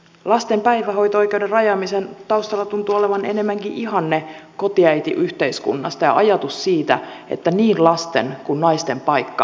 lasten päivähoito oikeuden rajaamisen taustalla tuntuu olevan enemmänkin ihanne kotiäitiyhteiskunnasta ja ajatus siitä että niin lasten kuin naisten paikka on kotona